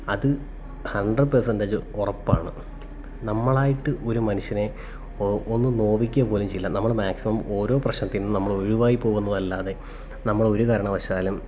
അതു hundred percentage ഉറപ്പാണ് നമ്മളായിട്ട് ഒരു മനുഷ്യനെ ഒന്നു നോവിയ്ക്കുക പോലും ചെയ്യില്ല നമ്മൾ മാക്സിമം ഓരോ പ്രശ്നത്തിൽ നിന്നും നമ്മളൊഴിവായിപ്പോകുന്നതല്ലാതെ നമ്മളൊരു കാരണവശാലും